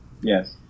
yes